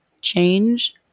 change